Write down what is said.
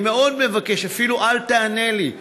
אני מאוד מבקש, אפילו אל תענה לי.